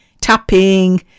tapping